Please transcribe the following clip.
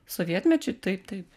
sovietmečiu taip taip